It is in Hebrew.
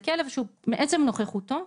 זה כלב שמעצם נוכחותו,